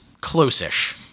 close-ish